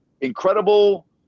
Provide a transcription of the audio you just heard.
incredible